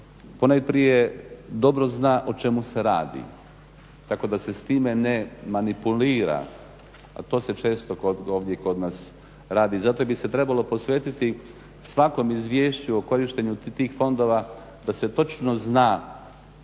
ponajprije dobro zna o čemu se radi tako da se s time ne manipulira. A to se često ovdje kod nas radi. Zato bi se trebalo posvetiti svakom izvješću o korištenju tih fondova da se točno zna